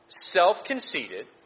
self-conceited